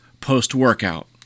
post-workout